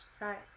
Right